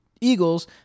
Eagles